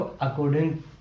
According